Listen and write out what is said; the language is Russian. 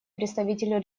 представитель